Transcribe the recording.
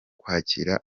kwakira